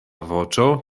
voĉo